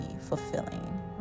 fulfilling